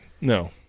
No